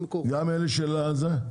גם אלה של זה?